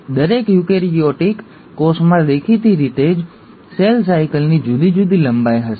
હવે દરેક યુકેરીયોટિક કોષમાં દેખીતી રીતે જ સેલ સાયકલની જુદી જુદી લંબાઈ હશે